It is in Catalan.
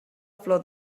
flor